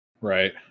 right